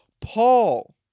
Paul